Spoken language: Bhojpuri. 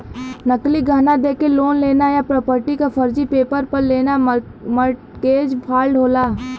नकली गहना देके लोन लेना या प्रॉपर्टी क फर्जी पेपर पर लेना मोर्टगेज फ्रॉड होला